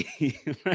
Right